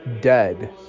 dead